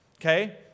okay